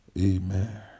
amen